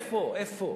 איפה, איפה?